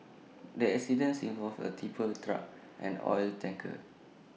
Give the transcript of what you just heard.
the accidence involved A tipper truck and oil tanker